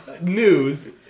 News